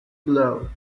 blow